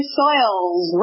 soils